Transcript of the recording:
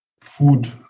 food